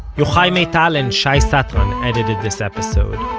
yochai maital and shai satran edited this episode,